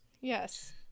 yes